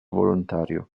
volontario